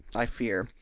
i fear,